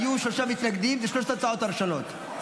היו שלושה מתנגדים לשלוש ההצעות הראשונות,